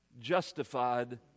justified